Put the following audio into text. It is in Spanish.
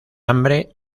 hambre